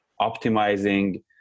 optimizing